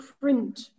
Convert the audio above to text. print